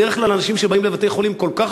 בדרך כלל אנשים שבאים לבתי-חולים כל כך